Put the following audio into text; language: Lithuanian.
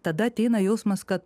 tada ateina jausmas kad